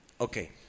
Okay